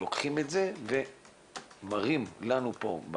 לוקחים את זה ומראים לנו פה,